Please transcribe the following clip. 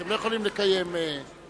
אתם לא יכולים לקיים דיון.